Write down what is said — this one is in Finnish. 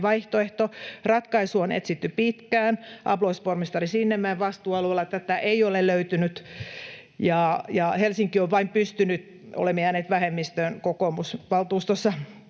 vaihtoehto. Ratkaisua on etsitty pitkään. Apulaispormestari Sinnemäen vastuualueella tätä ei ole löytynyt, ja kokoomus on jäänyt vähemmistöön valtuustossa.